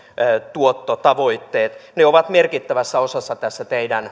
tuottotavoitteenne ne ovat merkittävässä osassa tässä teidän